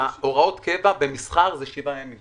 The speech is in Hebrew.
בהוראות קבע במסחר זה שבעה ימים.